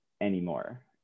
anymore